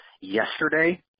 yesterday